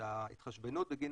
שההתחשבנות בין